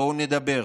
בואו נדבר.